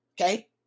okay